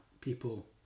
people